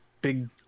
big